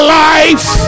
life